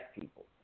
people